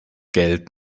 geld